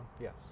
Yes